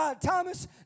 Thomas